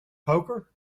poker